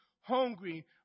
hungry